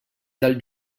dal